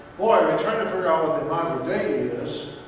boy, we're trying to figure out what the imago dei is.